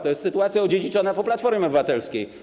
To jest sytuacja odziedziczona po Platformie Obywatelskiej.